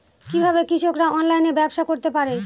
কিভাবে কৃষকরা অনলাইনে ব্যবসা করতে পারে?